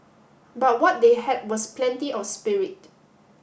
but what they had was plenty of spirit